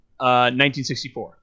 1964